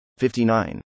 59